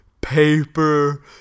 paper